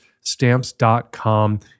Stamps.com